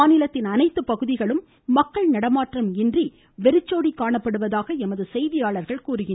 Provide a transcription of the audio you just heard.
மாநிலத்தின் அனைத்து பகுதிகளும் மக்கள் நடமாட்டம் இன்றி வெறிச்சோடி காணப்படுவதாக எமது செய்தியாளர்கள் தெரிவிக்கின்றனர்